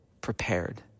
prepared